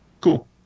Cool